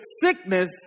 sickness